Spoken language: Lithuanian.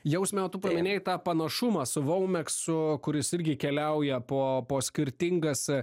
jausme o tu paminėjai tą panašumą su vaumeksu kuris irgi keliauja po po skirtingas